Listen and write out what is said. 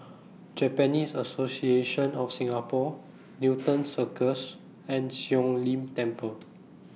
Japanese Association of Singapore Newton Circus and Siong Lim Temple